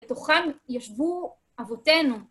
בתוכם ישבו אבותינו.